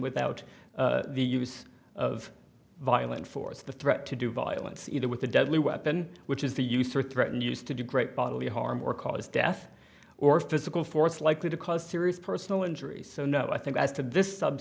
without the use of violent force the threat to do violence either with a deadly weapon which is the use or threaten use to do great bodily harm or cause death or physical force likely to cause serious personal injury so no i think at this sub